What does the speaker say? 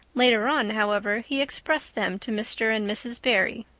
later on, however, he expressed them to mr. and mrs. barry.